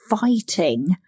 fighting